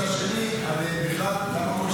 360 שקל על מה?